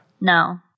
No